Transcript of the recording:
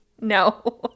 no